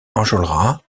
enjolras